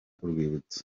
urwibutso